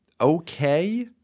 okay